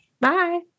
Bye